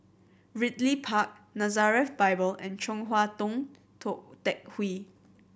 Ridley Park Nazareth Bible and Chong Hua Tong Tou Teck Hwee